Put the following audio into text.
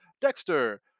Dexter